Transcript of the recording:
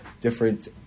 different